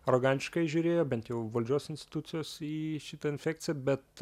arogantiškai žiūrėjo bent jau valdžios institucijos į šitą infekciją bet